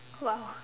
!wow!